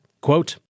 Quote